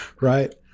Right